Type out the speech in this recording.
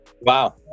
Wow